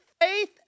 faith